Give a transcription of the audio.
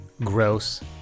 gross